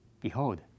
Behold